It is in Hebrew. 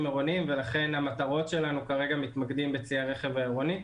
עירוניים ולכן המטרות שלנו כרגע מתמקדות בצי הרכב העירוני.